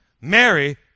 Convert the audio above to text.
Mary